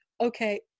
okay